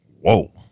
Whoa